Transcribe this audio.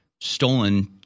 stolen